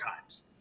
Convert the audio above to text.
times